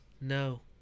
no